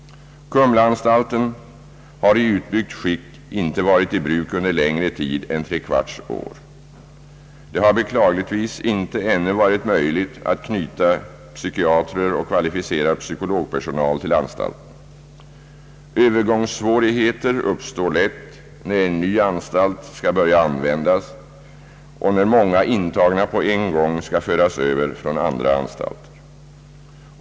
Kumlaanstalten har i utbyggt skick inte varit i bruk under längre tid än tre kvarts år. Det har beklagligtvis inte ännu varit möjligt att knyta psykiatrer och kvalificerad psykologpersonal till anstalten. Övergångssvårigheter uppstår lätt, när en ny anstalt skall börja användas och när många intagna på en gång skall föras över från andra anstalter.